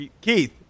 Keith